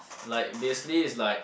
like basically it's like